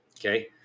Okay